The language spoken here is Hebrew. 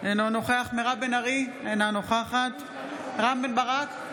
אינו נוכח מירב בן ארי, אינה נוכחת רם בן ברק,